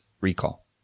recall